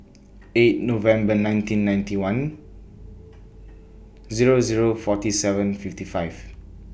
eight November nineteen ninety one Zero Zero forty seven fifty five